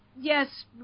Yes